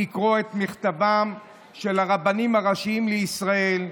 לקרוא את מכתבם של הרבנים הראשיים לישראל,